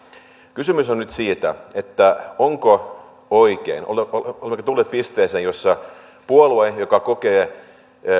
kysymys on nyt siitä onko oikein olemmeko tulleet pisteeseen jossa puolue joka kokee